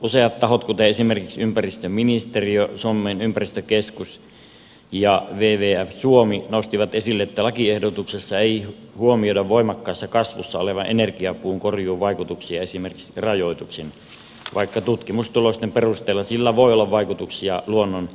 useat tahot kuten esimerkiksi ympäristöministeriö suomen ympäristökeskus ja wwf suomi nostivat esille että lakiehdotuksessa ei huomioida voimakkaassa kasvussa olevan energiapuun korjuun vaikutuksia esimerkiksi rajoituksin vaikka tutkimustulosten perusteella sillä voi olla vaikutuksia luonnon monimuotoisuuteen